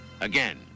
again